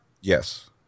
Yes